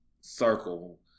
circle